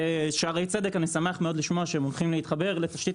בשערי צדק אני שמח מאוד לשמוע שהם הולכים להתחבר לתשתית